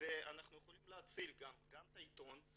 ואנחנו יכולים להציל גם את העיתון.